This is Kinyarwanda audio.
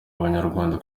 abanyarwanda